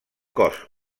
cos